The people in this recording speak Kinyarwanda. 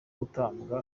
gutanga